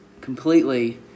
completely